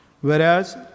Whereas